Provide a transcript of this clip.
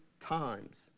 times